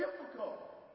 Difficult